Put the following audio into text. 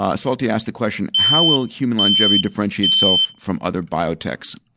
ah salty asks the question, how will human longevity differentiate itself from other biotechs?